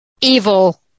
evil